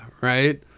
right